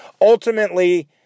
Ultimately